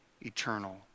eternal